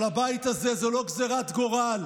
אבל הבית הזה, זה לא גזרת גורל,